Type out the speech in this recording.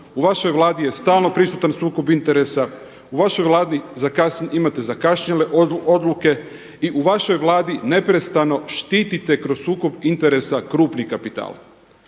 u vašoj Vladi je stalno prisutan sukob interesa, u vašoj Vladi imate zakašnjele odluke i u vašoj Vladi neprestano štitite kroz sukob interesa krupni kapital.